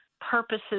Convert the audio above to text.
purposes